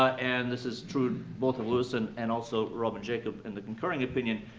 and this is true both of lewison and also robin jacob, in the concurring opinion,